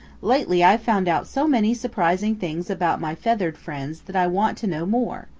lately i've found out so many surprising things about my feathered friends that i want to know more.